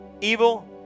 Evil